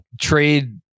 trade